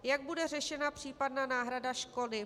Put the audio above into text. Jak bude řešena případná náhrada škody?